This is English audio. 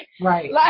Right